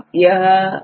अब